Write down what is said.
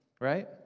right